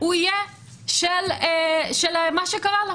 הוא יהיה קשור למה שקרה.